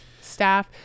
staff